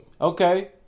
Okay